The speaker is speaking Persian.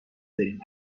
داریم